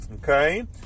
Okay